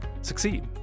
succeed